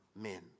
men